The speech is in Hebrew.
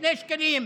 שני שקלים,